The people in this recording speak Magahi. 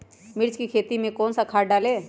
मिर्च की खेती में कौन सा खाद डालें?